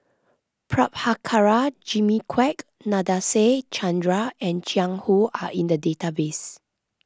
Prabhakara Jimmy Quek Nadasen Chandra and Jiang Hu are in the database